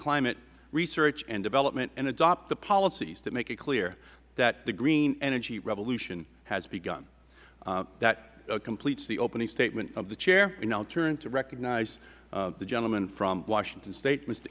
climate research and development and adopt the policies to make it clear that the green energy revolution has begun that completes the opening statement of the chair we now turn to recognize the gentleman from washington state